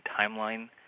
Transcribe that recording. timeline